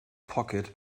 pocket